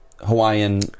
Hawaiian